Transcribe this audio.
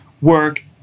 work